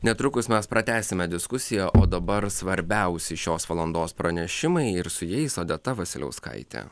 netrukus mes pratęsime diskusiją o dabar svarbiausi šios valandos pranešimai ir su jais odeta vasiliauskaitė